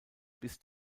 bis